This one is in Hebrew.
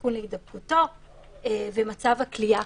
הסיכון להידבקותו ומצב הכליאה.